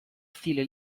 stile